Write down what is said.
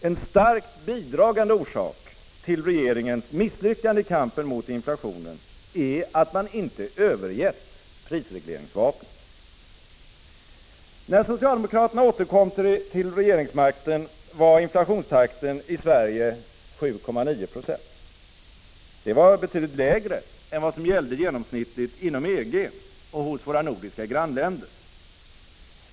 En starkt bidragande orsak till regeringens misslyckande i kampen mot inflationen är att man inte övergett prisregleringsvapnet. När socialdemokraterna återkom till regeringsmakten var inflationstakten i Sverige 7,9 90. Det var betydligt lägre än vad som gällde genomsnittligt inom EG och hos våra nordiska grannländer.